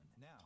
Now